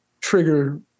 trigger